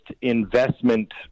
investment